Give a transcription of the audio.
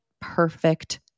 perfect